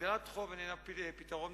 הגדלת חוב איננה פתרון,